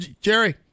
Jerry